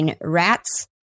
rats